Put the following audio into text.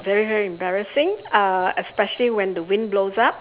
very very embarrassing uh especially when the wind blows up